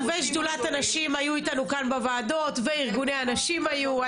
ושדולת הנשים היו איתנו כאן בוועדות וארגוני הנשים היו,